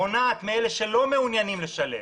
מונעת מאלה שלא מעוניינים לשלם,